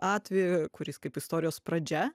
atveją kuris kaip istorijos pradžia